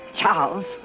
Charles